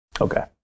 Okay